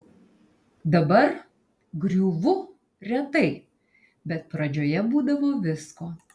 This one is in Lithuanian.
dabar griūvu retai bet pradžioje būdavo visko